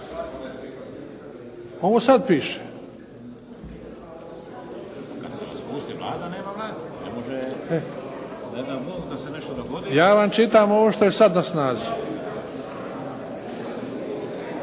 Vlade./… Ja vam čitam ovo što je sad na snazi.